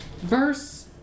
verse